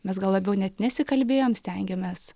mes gal labiau net nesikalbėjom stengiamės